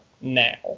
now